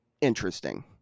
interesting